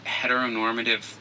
heteronormative